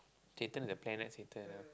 Saturn the planet Saturn ah